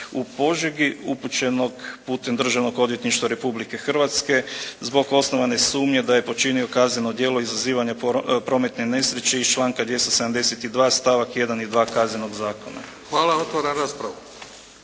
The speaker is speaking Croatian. u Požegi upućenog putem Državnog odvjetništva Republike Hrvatske zbog osnovane sumnje da je počinio kazneno djelo izazivanja prometne nesreće iz članka 272. stavak 1. i 2. Kaznenog zakona. **Bebić, Luka